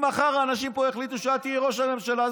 אם מחר אנשים פה יחליטו שאת תהיי ראש הממשלה,